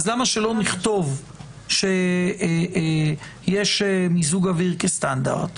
למה שלא נכתוב שיש מיזוג אוויר כסטנדרט